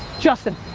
justin.